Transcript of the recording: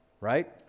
right